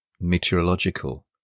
meteorological